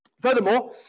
Furthermore